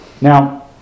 Now